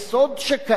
שאסור יהיה?